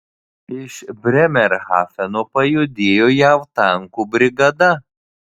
iš brėmerhafeno pajudėjo jav tankų brigada